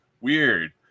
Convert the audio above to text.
Weird